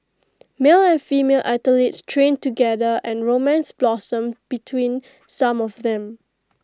male and female athletes trained together and romance blossomed between some of them